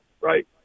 right